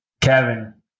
kevin